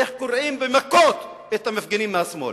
איך קורעים במכות את המפגינים מהשמאל.